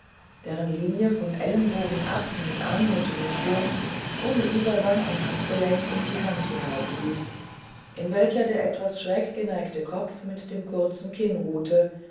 deren linie vom ellenbogen ab mit anmutigem schwung ohne übergang am gelenk in die hand hinauflief in welcher der etwas schräg geneigte kopf mit dem kurzen kinn ruhte